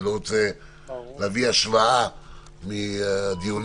ואני לא רוצה לעשות השוואות מדיונים